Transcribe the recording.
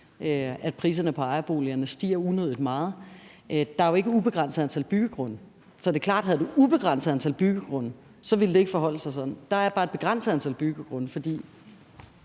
at priserne på ejerboligerne stiger unødig meget. Der er jo ikke et ubegrænset antal byggegrunde. Så det er klart, at havde du et ubegrænset antal byggegrunde, ville det ikke forholde sig sådan. Der er bare et begrænset antal byggegrunde, fordi